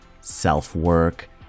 self-work